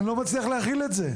אני לא מצליח להכיל את זה.